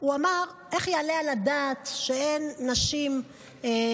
הוא אמר: איך יעלה על הדעת שאין נשים דיינות,